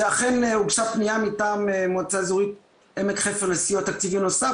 שאכן הוגשה פנייה מטעם מועצה אזורית עמק חפר לסיוע תקציבי נוסף,